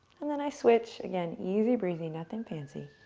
and then i switch, again, easy, breezy. nothing fancy.